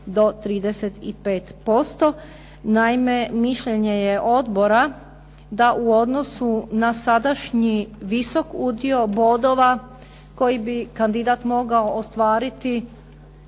do 35%. Naime, mišljenje je odbora da u odnosu na sadašnji visok udio bodova koji bi kandidat mogao ostvariti,